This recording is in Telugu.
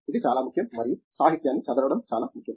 ఇది చాలా ముఖ్యం మరియు సాహిత్యాన్ని చదవడం చాలా ముఖ్యం